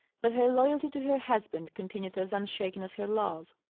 but her loyalty to her husband continued as unshaken as her love.